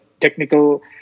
technical